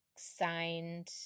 signed